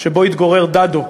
שבו התגורר דדו,